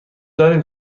داریم